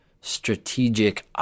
strategic